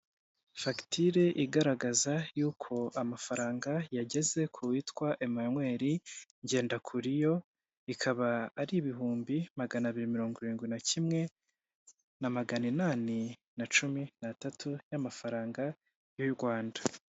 Fagitire igaragaza y'uko amafaranga yageze kuwitwa Emmanuel Ngendakuriyo, akaba ari ibihumbi magana abiri mirongo irindwi na kimwe, na magana inani na cumi n'atatu, y'amafaranga y'u Rwanda.